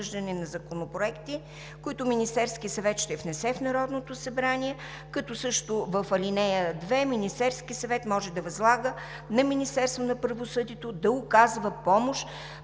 на законопроекти, които Министерският съвет ще внесе в Народното събрание“, също и в ал. 2: „Министерският съвет може да възлага на Министерството на правосъдието да указва помощ